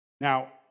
Now